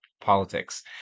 politics